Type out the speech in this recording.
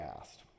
asked